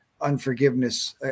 unforgiveness